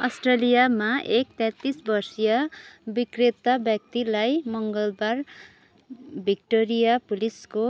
अस्ट्रेलियामा एक तैँत्तिस वर्षीय विक्रेता व्यक्तिलाई मङ्गलबार भिक्टोरिया पुलिसको